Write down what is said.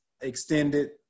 extended